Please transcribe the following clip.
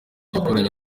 yakoranye